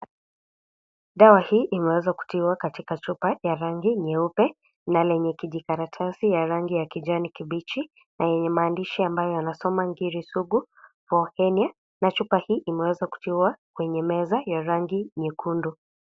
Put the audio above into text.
Dawa hii imeweza kutiwa kayika chupa ya rangi nyeupe, na lenye kijikaratasi ya rangi ya kijani kibichi na yenye maandishi ambayo yanasoma, "ngiri sugu for hernia," na chupa hii imeweza kutiwa kwenye meza ya rangi nyekundu.